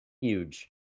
huge